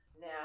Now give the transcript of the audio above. now